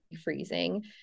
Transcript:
freezing